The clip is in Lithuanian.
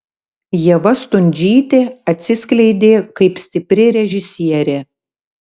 ieva stundžytė atsiskleidė kaip stipri režisierė